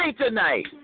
tonight